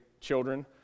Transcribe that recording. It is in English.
children